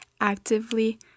actively